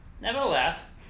Nevertheless